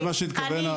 אני